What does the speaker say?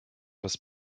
was